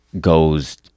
goes